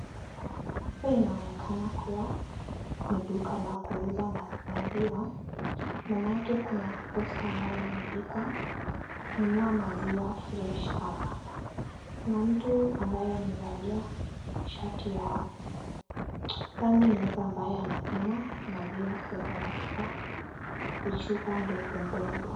Hapa inaonekana kuwa ni duka la kuuza maziwa maanake kuna posta ambayo imeandikwa nunua maziwa fresh hapa. Kuna mtu ambaye amevalia shati ya rangi nyeupe ambayo anapima maziwa kuweka katika vichupa ndogo ndogo.